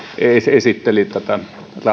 esitteli tätä